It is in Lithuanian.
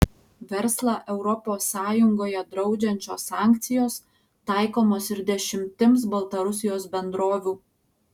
verslą europos sąjungoje draudžiančios sankcijos taikomos ir dešimtims baltarusijos bendrovių